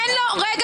תן לו להתייחס.